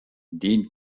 den